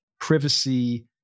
privacy